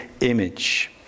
image